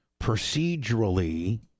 procedurally